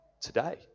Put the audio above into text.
today